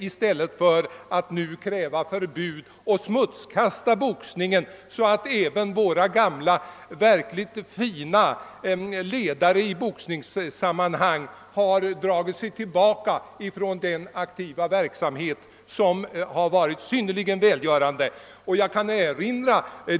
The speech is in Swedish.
I stället krävs det nu förbud och boxningen smutskastas, så att även våra gamla och verkligt fina boxningsledare dragit sig tillbaka från sin synnerligen välgörande aktiva verksamhet.